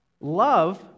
Love